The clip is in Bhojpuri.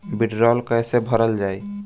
वीडरौल कैसे भरल जाइ?